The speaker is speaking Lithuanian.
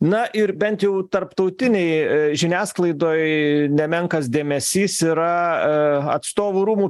na ir bent jau tarptautinėj žiniasklaidoj nemenkas dėmesys yra atstovų rūmų